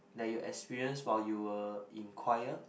that you experience while you were in choir